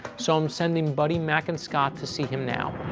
so i'm sending buddy, mac and scott to see him now.